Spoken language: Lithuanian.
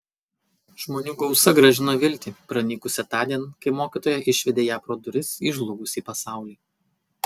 žmonių gausa grąžino viltį pranykusią tądien kai mokytoja išvedė ją pro duris į žlugusį pasaulį